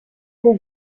who